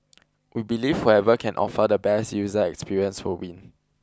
we believe whoever can offer the best user experience will win